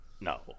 No